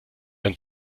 ein